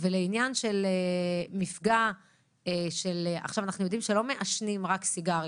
ולעניין של מפגע -- אנחנו יודעים שלא מעשנים רק סיגריות,